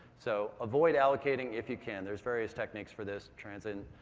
so avoid allocating if you can. there's various techniques for this, transient,